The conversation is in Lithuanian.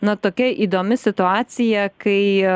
na tokia įdomi situacija kai